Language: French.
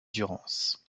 durance